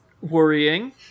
worrying